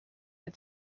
het